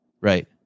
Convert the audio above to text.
Right